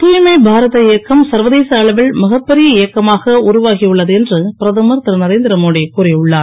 தூய்மை பாரத இயக்கம் சர்வதேச அளவில் மிகப் பெரிய இயக்கமாக உருவாகி உள்ளது என்று பிரதமர் திரு நரேந்திரமோடி கூறி உள்ளார்